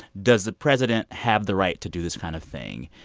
does the president have the right to do this kind of thing?